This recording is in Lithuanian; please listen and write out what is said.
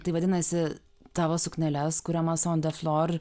tai vadinasi tavo sukneles kuriamas son de flor floor